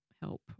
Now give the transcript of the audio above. help